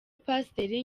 pasiteri